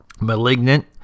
Malignant